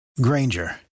granger